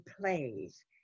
plays